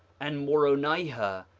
and moronihah,